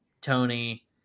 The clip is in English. Tony